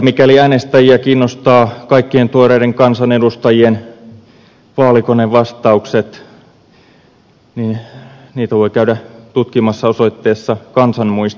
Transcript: mikäli äänestäjiä kiinnostaa kaikkien tuoreiden kansanedustajien vaalikonevastaukset niin niitä voi käydä tutkimassa osoitteessa kansanmuisti